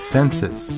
Senses